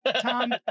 Tom